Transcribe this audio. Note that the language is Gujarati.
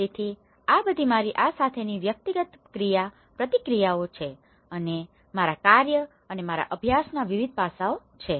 તેથી આ બધી મારી આ સાથેની વ્યક્તિગત ક્રિયાપ્રતિક્રિયાઓ છે અને મારા કાર્ય અને મારા અભ્યાસના વિવિધ પાસાઓ છે